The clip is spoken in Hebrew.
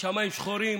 השמיים שחורים,